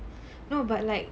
no but like